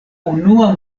unua